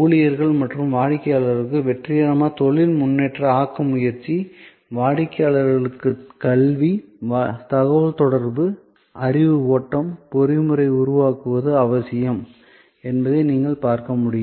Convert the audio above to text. ஊழியர்கள் மற்றும் வாடிக்கையாளர்களுக்கு வெற்றிகரமான தொழில் முன்னேற்ற ஆக்க முயற்சி வாடிக்கையாளர் கல்வி தகவல் தொடர்பு அறிவு ஓட்டம் பொறிமுறையை உருவாக்குவது அவசியம் என்பதை நீங்கள் பார்க்க முடியும்